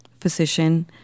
physician